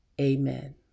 amen